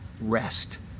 rest